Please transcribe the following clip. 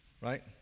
Right